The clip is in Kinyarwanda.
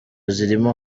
zirimo